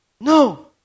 No